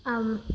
આમ